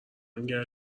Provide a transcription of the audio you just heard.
نگه